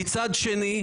מצד שני,